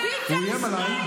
איים עליי,